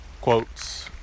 quotes